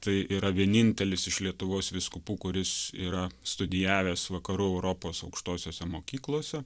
tai yra vienintelis iš lietuvos vyskupų kuris yra studijavęs vakarų europos aukštosiose mokyklose